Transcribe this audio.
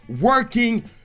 working